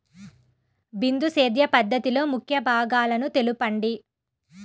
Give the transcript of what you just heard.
బిందు సేద్య పద్ధతిలో ముఖ్య భాగాలను తెలుపండి?